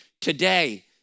today